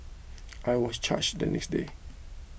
I was charged the next day